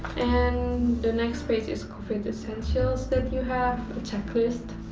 and the next page is covid essentials that you have a checklist.